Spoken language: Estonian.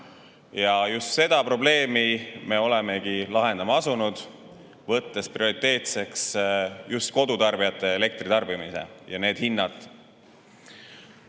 Just seda probleemi me olemegi lahendama asunud, võttes prioriteediks kodutarbijate elektritarbimise ja need hinnad.